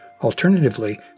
Alternatively